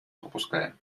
пропускаем